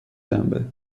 شنبه